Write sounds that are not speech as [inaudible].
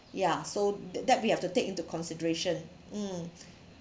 ya so that we have to take into consideration mm [breath]